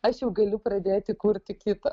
aš jau galiu pradėti kurti kitą